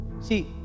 See